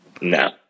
No